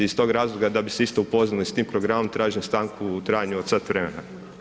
I iz tog razloga da bi se isto upoznali s tim programom tražim stanku u trajanju od sat vremena.